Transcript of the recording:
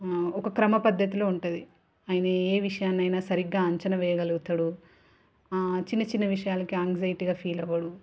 ఒక క్రమ పద్ధతిలో ఉంటుంది ఆయన ఏ విషయాన్నైనా సరిగ్గా అంచన వేయగలుగుతాడు చిన్న చిన్న విషయాలకి యాంగ్జైటీగా ఫీల్ అవ్వడు